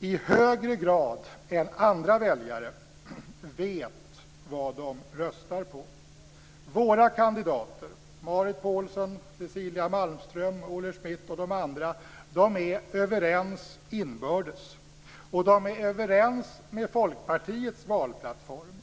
i högre grad än andra väljare vet vad han eller hon röstar på. Våra kandidater - Marit Paulsen, Cecilia Malmström, Olle Schmidt och de andra - är överens inbördes. De är överens med Folkpartiets valplattform.